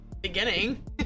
beginning